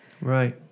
Right